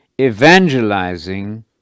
evangelizing